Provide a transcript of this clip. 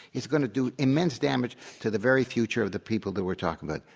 is going to do immense damage to the very future of the people that we're talking about.